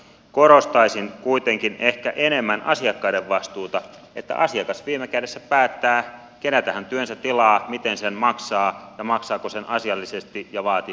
korostaisin kuitenkin ehkä enemmän asiakkaiden vastuuta sitä että asiakas viime kädessä päättää keneltä hän työnsä tilaa miten sen maksaa maksaako sen asiallisesti ja vaati